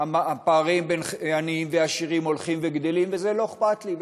הפערים בין עניים ועשירים הולכים וגדלים וזה לא אכפת לי,